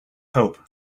hope